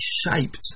shaped